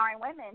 women